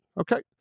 Okay